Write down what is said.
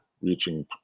reaching